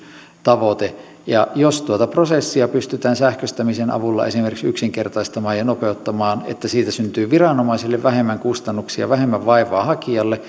tavoite jos tuota prosessia pystytään sähköistämisen avulla esimerkiksi yksinkertaistamaan ja nopeuttamaan niin että siitä syntyy viranomaisille vähemmän kustannuksia vähemmän vaivaa hakijalle